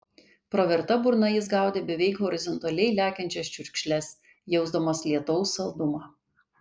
praverta burna jis gaudė beveik horizontaliai lekiančias čiurkšles jausdamas lietaus saldumą